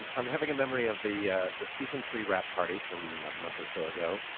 um i'm having a memory of the the season three wrap party from a month or so ago.